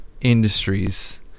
industries